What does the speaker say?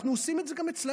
אנחנו עושים את זה גם אצלנו,